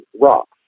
rocks